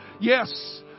Yes